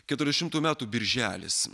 keturiasdešimtųjų metų birželis